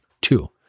Two